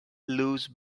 lose